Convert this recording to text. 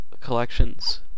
Collections